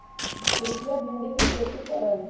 प्रीतिया भिंडी के खेती करा हई